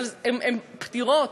אבל הן פתירות.